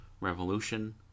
revolution